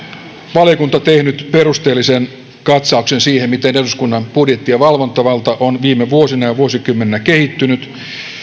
valiokunta tehnyt perusteellisen katsauksen siihen miten eduskunnan budjetti ja valvontavalta on viime vuosina ja vuosikymmeninä kehittynyt